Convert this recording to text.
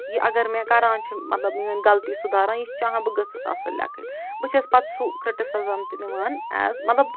یہِ اگر مےٚ کَران چھِ مطلب میٲنۍ غلطی سُداران یہِ چھِ چاہان بہٕ گٔژھٕس اصٕل لٮ۪کھٕںۍ بہٕ چھَس پتہٕ سُہ کِرٹسٕزٕم تہِ نِوان ایز مطلب